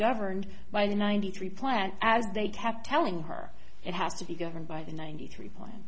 governed by the ninety three plan as they kept telling her it has to be governed by the ninety three point